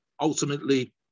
ultimately